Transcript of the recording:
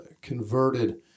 converted